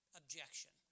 objection